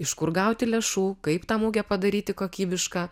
iš kur gauti lėšų kaip tą mugę padaryti kokybišką